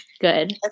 Good